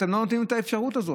אבל אתם לא נותנים את האפשרות הזאת.